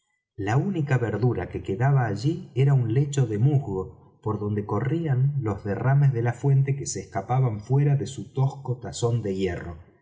la única verdura que quedaba allí era un lecho de musgo por donde corrían los derrames de la fuente que se escapaban fuera de su tosco tazón de hierro